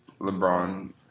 LeBron